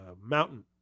mountain